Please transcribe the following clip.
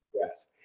Yes